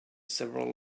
several